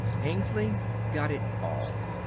hengly got it all.